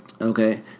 okay